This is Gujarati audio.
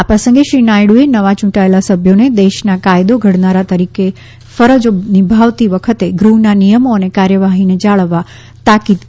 આ પ્રસંગે શ્રી નાયડુએ નવા યૂંટાયેલા સભ્યોને દેશના કાયદો ઘડનારા તરીકેની ફરજો નિભાવતી વખતે ગૃહના નિયમો અને કાર્યવાહીને જાળવવા તાકીદ કરી છે